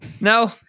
No